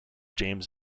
james